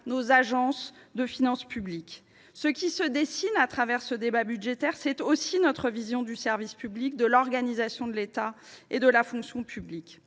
nos agences des finances publiques. Au travers de ce débat budgétaire, c’est aussi notre vision du service public, de l’organisation de l’État et de la fonction publique